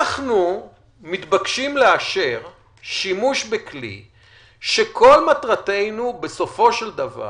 אנחנו מתבקשים לאשר שימוש בכלי שכל מטרתנו בסופו של דבר